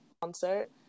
concert